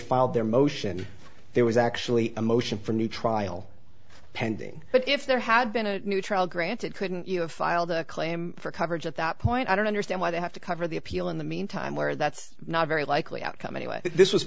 filed their motion there was actually a motion for new trial pending but if there had been a new trial granted couldn't you have filed a claim for coverage at that point i don't understand why they have to cover the appeal in the meantime where that's not very likely outcome anyway this was